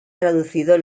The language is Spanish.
traducido